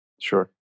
Sure